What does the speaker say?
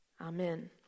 Amen